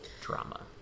drama